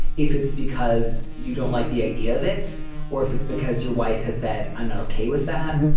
if it's because you don't like the idea of it or if it's because your wife has said, i'm not okay with that.